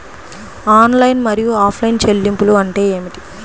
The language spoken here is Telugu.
ఆన్లైన్ మరియు ఆఫ్లైన్ చెల్లింపులు అంటే ఏమిటి?